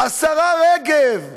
השרה רגב,